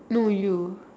no you